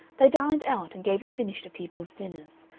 they dined out and gave a finish to people's dinners,